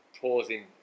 pausing